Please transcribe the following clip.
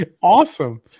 awesome